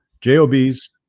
jobs